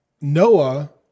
Noah